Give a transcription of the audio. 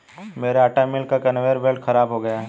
मेरे आटा मिल का कन्वेयर बेल्ट खराब हो गया है